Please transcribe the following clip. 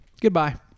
Goodbye